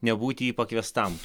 nebūti į jį pakviestam